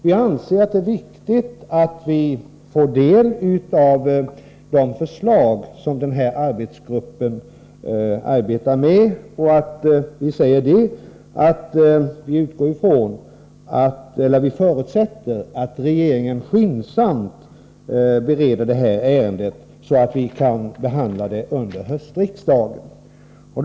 Vi anser att det är viktigt att vi får del av de förslag som arbetsgruppen arbetar med, och vi förutsätter att regeringen skyndsamt bereder ärendet, så att vi kan behandla det under nästa riksmötes höstsession.